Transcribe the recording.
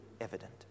evident